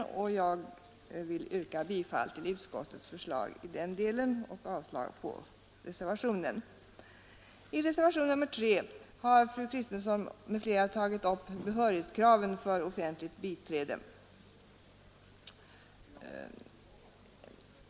Jag yrkar alltså bifall till utskottets förslag och avslag på reservationen 2. I reservationen 3 har fru Kristensson m.fl. tagit upp behörighetskraven för offentligt biträde.